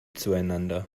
zueinander